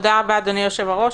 תודה רבה, אדוני היושב-ראש,